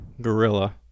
gorilla